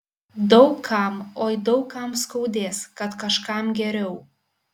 daug kam oi daug kam skaudės kad kažkam geriau